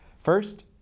First